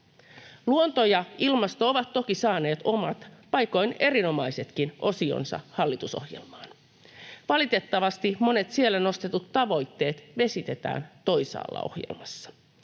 Luonto ja ilmasto ovat toki saaneet omat, paikoin erinomaisetkin osionsa hallitusohjelmaan. Valitettavasti monet siellä nostetut tavoitteet vesitetään toisaalla ohjelmassa.